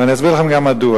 ואני אסביר לכם גם מדוע.